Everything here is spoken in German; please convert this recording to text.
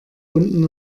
unten